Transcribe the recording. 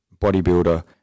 bodybuilder